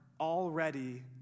already